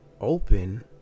open